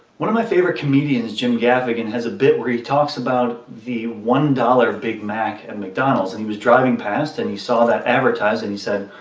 one of my favorite comedians, jim gaffigan, has a bit where he talks about the one dollar big mac at and mcdonald's. and he was driving past and he saw that advertised and he said,